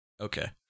Okay